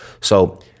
So-